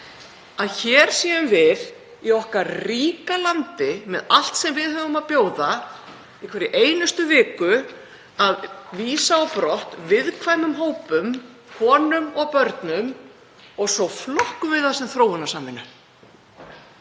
að hér séum við, í okkar ríka landi, með allt sem við höfum að bjóða, í hverri einustu viku að vísa á brott viðkvæmum hópum, konum og börnum, og svo flokkum við það sem þróunarsamvinnu.